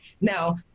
now